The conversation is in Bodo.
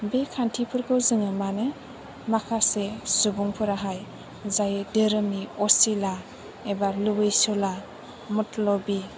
बे खान्थिफोरखौ जोङो मानो माखासे सुबुंफोराहाय जाय धोरोमनि असिला एबा लुबैसुला मथ्ल'बि